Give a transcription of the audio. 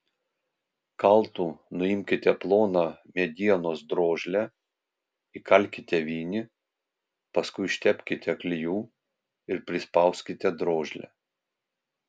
kaltu nuimkite ploną medienos drožlę įkalkite vinį paskui užtepkite klijų ir prispauskite drožlę